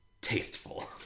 tasteful